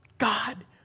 God